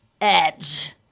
Edge